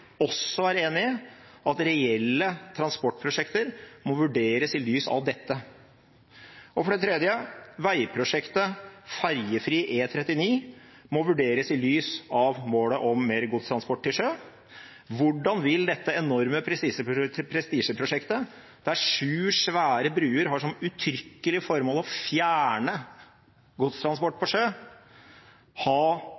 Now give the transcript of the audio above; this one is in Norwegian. også er enig i at reelle transportprosjekter må vurderes i lys av dette. For det tredje foreslår vi at veiprosjektet ferjefri E39 må vurderes i lys av målet om mer godstransport til sjø. Hvordan vil dette enorme prestisjeprosjektet, der sju svære bruer har som uttrykkelig formål å fjerne godstransport på sjø, ha